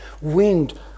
wind